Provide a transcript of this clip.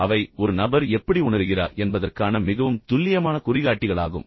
எனவே அவை ஒரு நபர் எப்படி உணருகிறார் என்பதற்கான மிகவும் துல்லியமான குறிகாட்டிகளாகும்